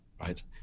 right